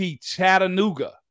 Chattanooga